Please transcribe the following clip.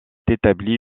établi